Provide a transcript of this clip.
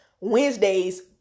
Wednesdays